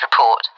report